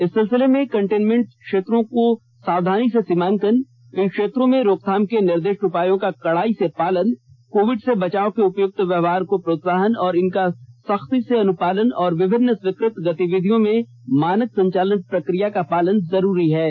इस सिलसिले में कंटेनमेंट क्षेत्रों का सावधानी से सीमांकन इन क्षेत्रों में रोकथाम के निर्दिष्ट उपायों का कड़ाई से पालन कोविड से बचाव के उपयुक्त व्यवहार को प्रोत्साहन और इनका सख्ती से अनुपालन तथा विभिन्न स्वीकृत गतिविधियों में मानक संचालन प्रक्रिया का पालन जारी रहेगा